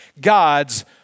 God's